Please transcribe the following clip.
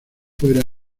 fuera